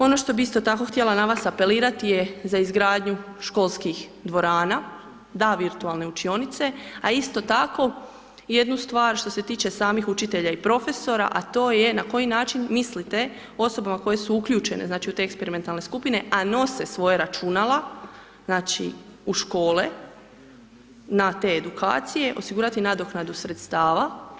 Ono što bih isto tako htjela na vas apelirati je za izgradnju školskih dvorana, da virtualne učionice, a isto tako jednu stvar što se tiče samih učitelja i profesora, a to je na koji način mislite osobama koje su uključene znači u te eksperimentalne skupine, a nose svoje računala, znači u škole, na te edukacije, osigurati nadoknadu sredstava?